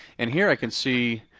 and here i can see,